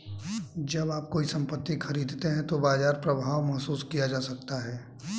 जब आप कोई संपत्ति खरीदते हैं तो बाजार प्रभाव महसूस किया जा सकता है